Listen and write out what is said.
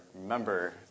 remember